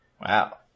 Wow